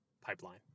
pipeline